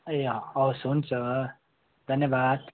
ए हवस् हुन्छ धन्यवाद